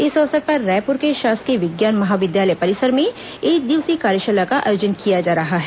इस अवसर पर रायपुर के शासकीय विज्ञान महाविद्यालय परिसर में एकदिवसीय कार्यशाला का आयोजन किया जा रहा है